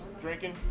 drinking